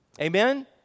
Amen